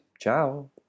ciao